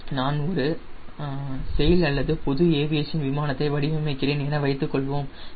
நான் ஒரு செயில் அல்லது பொது ஏவியேஷன் விமானத்தை வடிவமைக்கிறேன் என வைத்துக்கொள்வோம் சரி